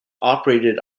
operated